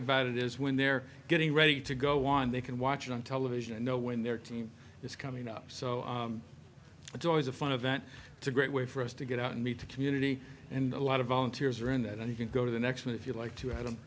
about it is when they're getting ready to go on they can watch it on television and know when their team is coming up so it's always a fun event it's a great way for us to get out and meet the community and a lot of volunteers are in that you can go to the next one if you like to